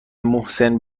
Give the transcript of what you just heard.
محسن